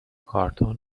کارتن